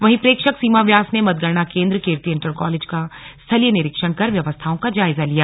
वहीं प्रेक्षक सीमा व्यास ने मतगणना केन्द्र कीर्ति इन्टर कालेज का स्थलीय निरीक्षण कर व्यवस्थाओं का जायजा लिया